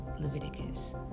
Leviticus